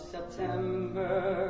September